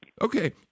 Okay